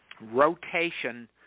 rotation